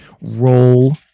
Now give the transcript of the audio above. roll